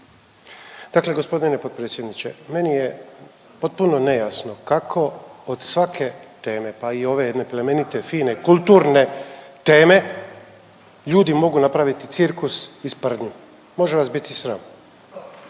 Dakle, g. potpredsjedniče, meni je potpuno nejasno kako od svake teme pa i ove jedne plemenite, fine, kulturne teme ljudi mogu napraviti cirkus i sprdnju? Može vas biti sram.